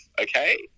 Okay